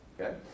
Okay